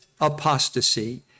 apostasy